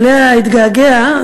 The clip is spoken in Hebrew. שאליה התגעגע,